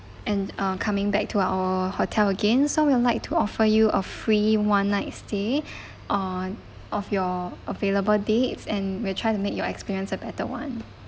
and uh coming back to our hotel again so we would like to offer you a free one night stay uh off your available dates and we're trying to make your experience a better [one]